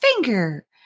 finger